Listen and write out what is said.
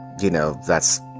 you know, that's